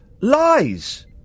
lies